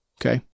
Okay